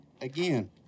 again